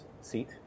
seat